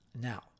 Now